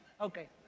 Okay